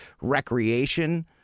recreation